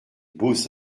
beaux